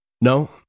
No